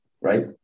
Right